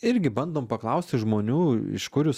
irgi bandom paklausti žmonių iš kur jūs